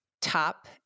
top